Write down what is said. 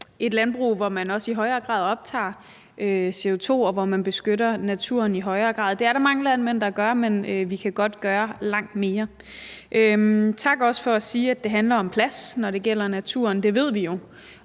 et landbrug, hvor man i højere grad optager CO2 og beskytter naturen i højere grad. Det er der mange landmænd der gør, men vi kan godt gøre langt mere. Også tak for at sige, at det handler om plads, når det gælder naturen. Det ved vi jo.